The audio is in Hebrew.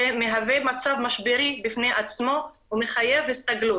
זה מהווה מצב משברי בפני עצמו, ומחייב הסתגלות.